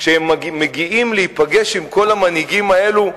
כשהם מגיעים להיפגש עם כל המנהיגים האלה,